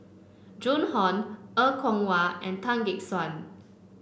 Joan Hon Er Kwong Wah and Tan Gek Suan